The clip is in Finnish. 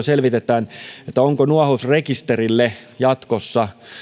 selvitetään se onko nuohousrekisterille jatkossa